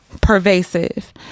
pervasive